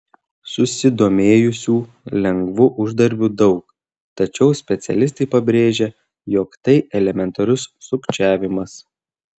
susidomėjusių lengvu uždarbiu daug tačiau specialistai pabrėžia jog tai elementarus sukčiavimas